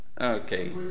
Okay